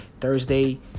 Thursday